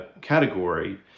category